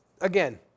again